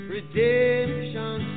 Redemption